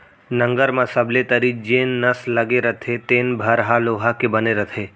नंगर म सबले तरी जेन नस लगे रथे तेने भर ह लोहा के बने रथे